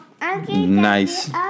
nice